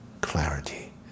clarity